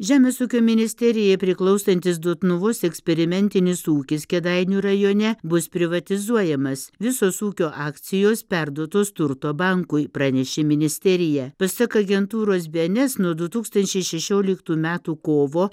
žemės ūkio ministerijai priklausantis dotnuvos eksperimentinis ūkis kėdainių rajone bus privatizuojamas visos ūkio akcijos perduotos turto bankui pranešė ministerija pasak agentūros bns nuo du tūkstančiai šešioliktų metų kovo